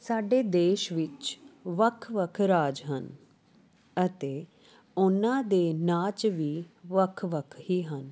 ਸਾਡੇ ਦੇਸ਼ ਵਿੱਚ ਵੱਖ ਵੱਖ ਰਾਜ ਹਨ ਅਤੇ ਉਨ੍ਹਾਂ ਦੇ ਨਾਚ ਵੀ ਵੱਖ ਵੱਖ ਹੀ ਹਨ